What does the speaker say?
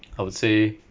I would say